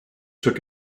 took